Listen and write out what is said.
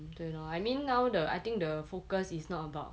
对 lor I mean now the I think the focus is not about